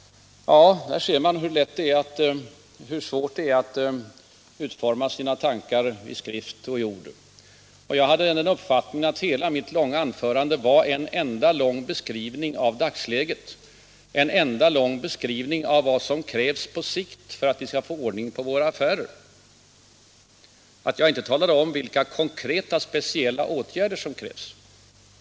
Ja, där ser man hur svårt det är att utforma sina tankar i ord och skrift. Jag hade ändå den uppfattningen att hela mitt anförande var en enda lång beskrivning av dagsläget, en enda lång beskrivning av vad som krävs på sikt för att vi skall få ordning på våra affärer. Ingen kan begära att jag skall tala om vilka konkreta, speciella åtgärder som krävs.